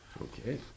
Okay